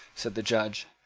said the judge.